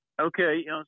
Okay